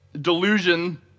delusion